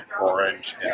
orange